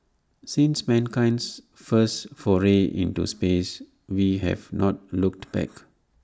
since mankind's first foray into space we have not looked back